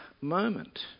moment